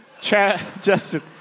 Justin